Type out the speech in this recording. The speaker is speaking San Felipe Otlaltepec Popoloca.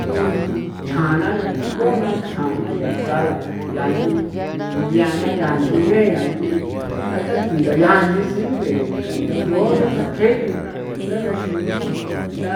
Thi chjana binkuna chjaana ya sala yaa nchi biana ya nchi bena ya nchi a taji la ya nchi siberu jinda la ncho chunda kjee nche nda taxra xingi nda